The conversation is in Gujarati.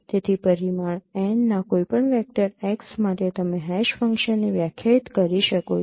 તેથી પરિમાણ n ના કોઈપણ વેક્ટર x માટે તમે હેશ ફંક્શનને વ્યાખ્યાયિત કરી શકો છો